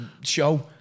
show